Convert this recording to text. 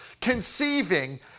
Conceiving